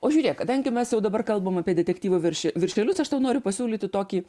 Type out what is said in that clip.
o žiūrėk kadangi mes jau dabar kalbam apie detektyvo virše viršelius aš tau noriu pasiūlyti tokį